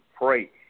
pray